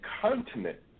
continent